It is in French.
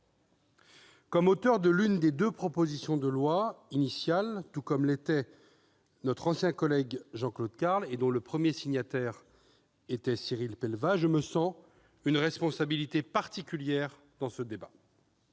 Comme auteur de l'une des deux propositions de loi initiales, tout comme l'était notre ancien collègue Jean-Claude Carle- Cyril Pellevat en était le premier signataire -, je me sens une responsabilité particulière dans ce débat.